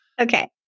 Okay